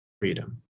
freedom